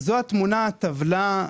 זאת הטבלה,